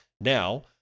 Now